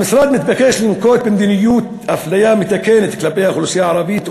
המשרד מתבקש לנקוט מדיניות אפליה מתקנת כלפי האוכלוסייה הערבית,